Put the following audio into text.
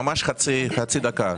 ממש חצי דקה.